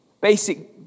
basic